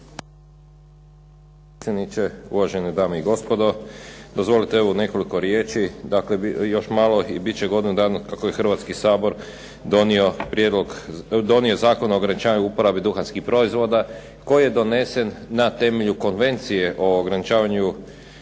Hrvatski sabor donio Zakon o ograničavanju uporabe duhanskih proizvoda koji je donesen na temelju Konvencije o ograničavanju